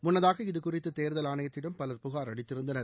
முன்னதாக இதுகுறித்து தேர்தல் ஆணையத்திடம் பலர் புகார் அளித்திருந்தனர்